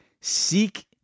Seek